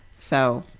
so,